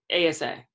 ASA